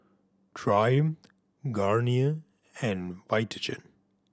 Triumph Garnier and Vitagen